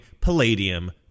palladium